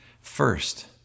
First